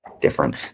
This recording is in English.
different